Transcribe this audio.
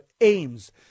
aims